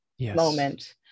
moment